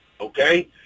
okay